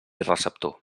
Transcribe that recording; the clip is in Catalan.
receptor